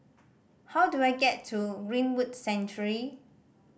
how do I get to Greenwood Sanctuary